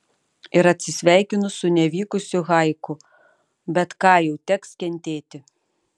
ir atsisveikinu su nevykusiu haiku bet ką jau teks kentėti